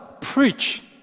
preach